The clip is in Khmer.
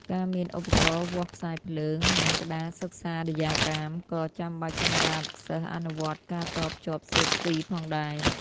ការមាន ឧបករណ៍វាស់ខ្សែភ្លើង និង ក្តារសិក្សាដ្យាក្រាម ក៏ចាំបាច់សម្រាប់សិស្សអនុវត្តការតភ្ជាប់សៀគ្វីផងដែរ។